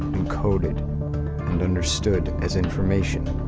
encoded and understood as information.